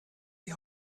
die